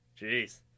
Jeez